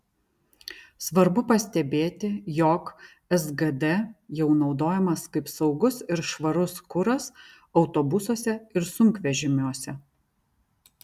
svarbu pastebėti jog sgd jau naudojamas kaip saugus ir švarus kuras autobusuose ir sunkvežimiuose